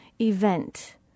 event